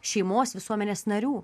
šeimos visuomenės narių